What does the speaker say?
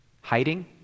hiding